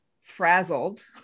frazzled